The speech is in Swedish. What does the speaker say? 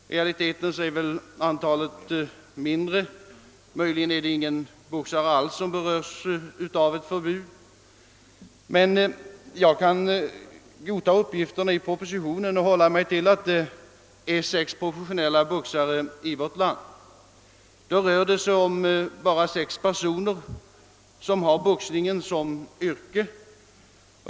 I realiteten är antalet mindre — möjligen finns det ingen boxare alls som berörs av ett förbud — men jag kan godta uppgiften i propositionen och hålla mig till att det finns sex professionella boxare i vårt land. Det rör sig då bara om sex personer som har boxningen som yrke.